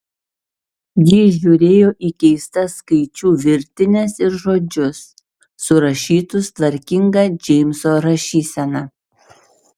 ji žiūrėjo į keistas skaičių virtines ir žodžius surašytus tvarkinga džeimso rašysena